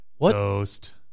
Toast